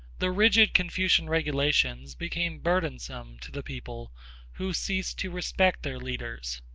the rigid confucian regulations became burdensome to the people who ceased to respect their leaders.